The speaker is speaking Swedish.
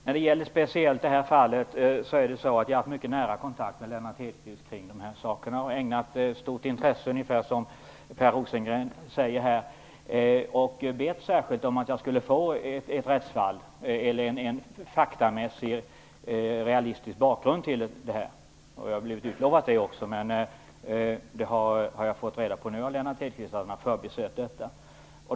När det gäller speciellt det här fallet har jag haft mycket nära kontakt med Lennart Hedquist kring de här sakerna och ägnat dem stort intresse, ungefär som Per Rosengren säger här. Jag har särskilt bett om att få ett rättsfall eller en faktamässig realistisk bakgrund till det här. Jag har också blivit utlovad det, men jag har nu av Lennart Hedquist fått reda på att han har förbisett detta.